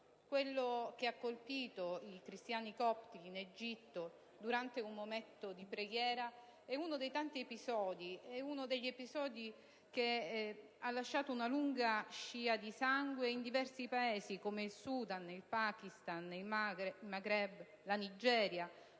quello che ha colpito i cristiani copti in Egitto durante un momento di preghiera è uno dei tanti episodi che hanno lasciato una lunga scia di sangue in diversi Paesi come il Sudan, il Pakistan, il Maghreb e la Nigeria,